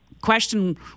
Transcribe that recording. question